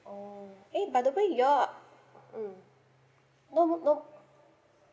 oo eh by the way you all mm no mo~ no